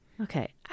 Okay